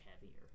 heavier